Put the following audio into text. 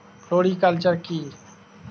Floriculture কি?